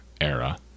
era